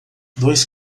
dois